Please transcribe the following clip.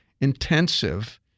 intensive